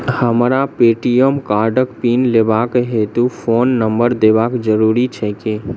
हमरा ए.टी.एम कार्डक पिन लेबाक हेतु फोन नम्बर देबाक जरूरी छै की?